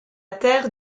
terre